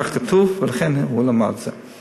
כך כתוב, ולכן הוא למד את זה.